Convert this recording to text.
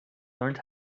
learned